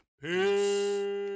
Peace